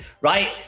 right